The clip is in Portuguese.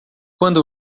quando